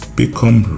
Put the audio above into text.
become